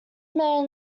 man